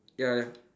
ya ya